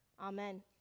Amen